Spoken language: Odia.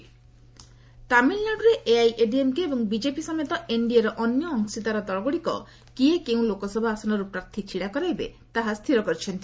ଟିଏନ୍ ଏନ୍ଡିଏ ତାମିଲ୍ନାଡ଼ୁରେ ଏଆଇଏଡିଏମ୍କେ ଏବଂ ବିଜେପି ସମେତ ଏନ୍ଡିଏର ଅନ୍ୟ ଅଂଶୀଦାର ଦଳଗ୍ରଡ଼ିକ କିଏ କେଉଁ ଲୋକସଭା ଆସନର୍ ପ୍ରାର୍ଥୀ ଛିଡ଼ା କରାଇବେ ତାହା ସ୍ଥିର କରିଛନ୍ତି